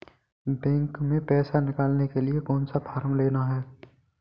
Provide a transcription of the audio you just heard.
Bank में पैसा निकालने के लिए कौन सा फॉर्म लेना है?